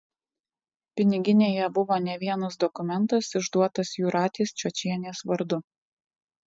piniginėje buvo ne vienas dokumentas išduotas jūratės čiočienės vardu